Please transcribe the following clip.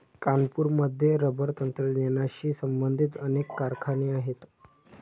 कानपूरमध्ये रबर तंत्रज्ञानाशी संबंधित अनेक कारखाने आहेत